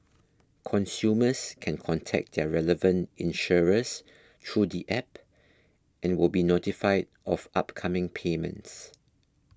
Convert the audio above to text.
consumers can contact their relevant insurers through the app and will be notified of upcoming payments